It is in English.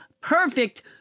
perfect